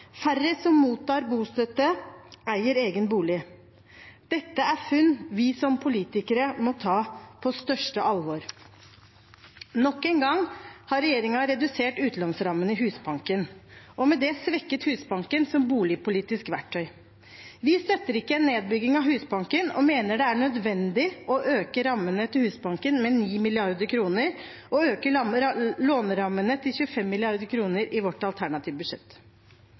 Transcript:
Færre som mottar bostøtte, eier egen bolig. Dette er funn vi som politikere må ta på største alvor. Nok en gang har regjeringen redusert utlånsrammene i Husbanken og med det svekket Husbanken som boligpolitisk verktøy. Vi støtter ikke en nedbygging av Husbanken og mener det er nødvendig å øke rammene til Husbanken med 9 mrd. kr og å øke lånerammene til 25 mrd. kr i vårt alternative budsjett.